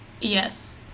Yes